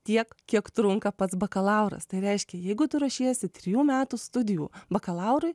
tiek kiek trunka pats bakalauras tai reiškia jeigu tu ruošiesi trijų metų studijų bakalaurui